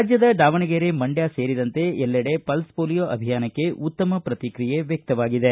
ರಾಜ್ಯದ ದಾವಣಗೆರೆ ಮಂಡ್ಯ ಸೇರಿದಂತೆ ಎಲ್ಲೆಡೆ ಪಲ್ಸ್ ಪೋಲಿಯೊ ಅಭಿಯಾನಕ್ಕೆ ಉತ್ತಮ ಪ್ರತಿಕ್ರಿಯೆ ವ್ಯಕ್ತವಾಗಿದೆ